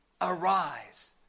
Arise